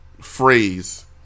phrase